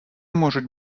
можуть